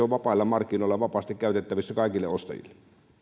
on vapailla markkinoilla vapaasti käytettävissä kaikille ostajille